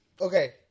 Okay